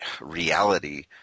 reality